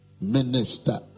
Minister